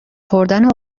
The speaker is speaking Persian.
خوردن